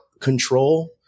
control